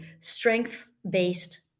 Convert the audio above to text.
Strength-based